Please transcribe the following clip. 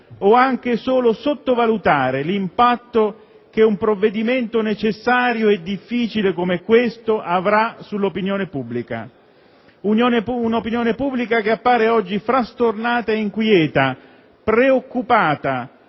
o anche solo sottovalutare l'impatto che un provvedimento necessario e difficile come questo avrà sull'opinione pubblica. Un'opinione pubblica che appare oggi frastornata e inquieta, preoccupata